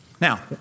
Now